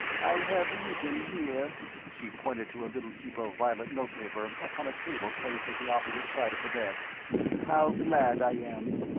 i have written, here she pointed to a little heap of violet note-paper upon a table placed at the opposite side of the bed how glad i am.